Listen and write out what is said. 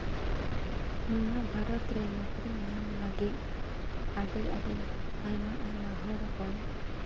ᱱᱚᱣᱟ ᱵᱷᱟᱨᱚᱛ ᱨᱮ ᱱᱩᱠᱨᱤ ᱧᱟᱢ ᱞᱟᱹᱜᱤᱫ ᱟᱹᱰᱤ ᱟᱹᱰᱤ ᱟᱭᱢᱟ ᱟᱭᱢᱟ ᱦᱚᱲᱵᱚᱱ